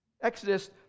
Exodus